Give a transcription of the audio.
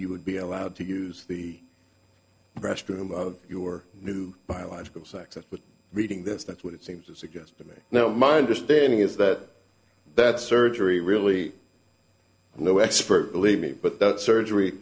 you would be allowed to use the restroom your new biological sex but reading this that would seem to suggest to me now my understanding is that that surgery really no expert believe me but the surgery